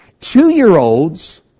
Two-year-olds